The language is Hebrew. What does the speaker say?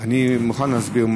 אני מוכן להסביר.